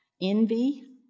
envy